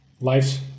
Life's